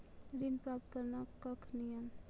ऋण प्राप्त करने कख नियम?